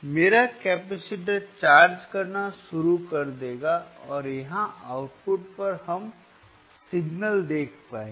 मेरा capacitor charge करना शुरू कर देगा और यहां आउटपुट पर हम सिग्नल देख पाएंगे